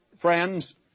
friends